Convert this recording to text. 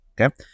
Okay